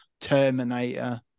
Terminator